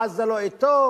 עזה לא אתו,